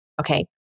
Okay